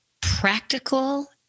practical